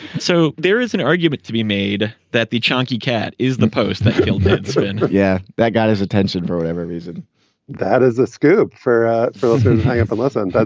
so there is an argument to be made that the chunky cat is the post that so and yeah that got his attention for whatever reason that is a scoop for for the lesson.